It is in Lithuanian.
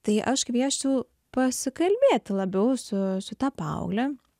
tai aš kviesčiau pasikalbėti labiau su šita paaugle a